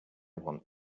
want